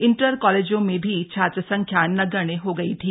inter कॉलेजों में भी छात्र संख्या नगण्य हो गयी थी